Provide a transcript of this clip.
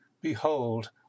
Behold